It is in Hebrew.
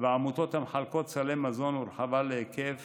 והעמותות המחלקות סלי מזון הורחבה להיקף